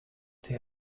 they